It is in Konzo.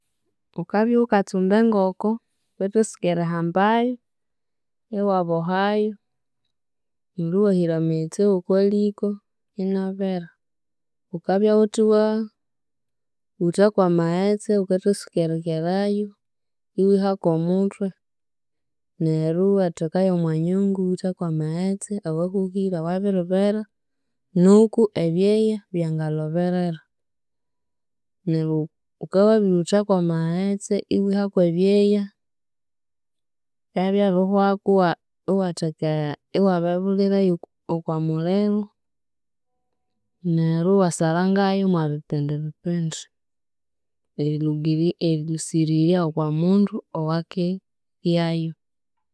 Wukabya wukatsumba engoko, wukathatsuka erihambayu, iwabohayu, neryo iwahira amaghetse w'okwa liko inabera, wukabya wuthi waa utha kw'amaghetse, wukathatsuka erikerayu, iwiha kw'omutwe, neryo iwatheka y'omwa nyungu iwutha kw'amaghetse awahuhire awabiribera nuku ebyeya byangalhoberera, neryo wukabya wabiryutha kw'amaghetse iwiha kw'ebyeya, bikabya by'abirihwaku iwa iwatheka e, iwabebulira y'oko muliro, neryo iwasarangayu mw'ebipindi bipindi erilugiri erilhusirirya okwa mundu owak'eryayu.